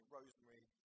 Rosemary